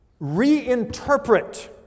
reinterpret